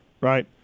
right